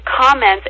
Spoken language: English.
comments